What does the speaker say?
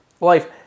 life